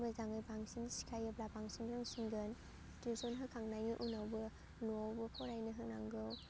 मोजाङै बांसिन सिखायोब्ला बांसिन रोंसिनगोन टिउस'न होखांनायनि उनावबो न'आवबो फरायनो होनांगौ